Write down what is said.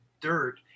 dirt